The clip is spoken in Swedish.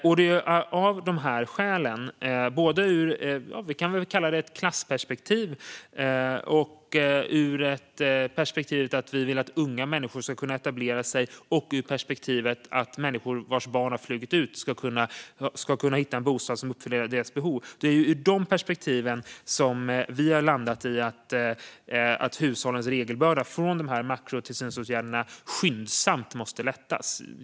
Det är av de här skälen, alltså både ur det vi kan kalla ett klassperspektiv, ur perspektivet att vi vill att unga människor ska kunna etablera sig och ur perspektivet att människor vars barn har flugit ut ska kunna hitta en bostad som uppfyller deras behov, som vi har landat i att hushållens regelbörda utifrån dessa makrotillsynsåtgärder skyndsamt måste lättas.